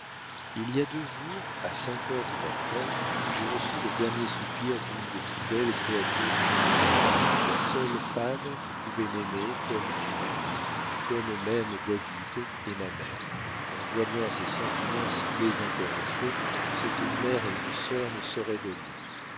il y a deux jours à cinq heures du matin j'ai reçu le dernier soupir d'une des plus belles créatures de dieu la seule femme qui pouvait m'aimer comme tu m'aimes comme m'aiment david et ma mère en joignant à ces sentiments si désintéressés ce qu'une mère et une sœur ne sauraient donner